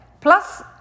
Plus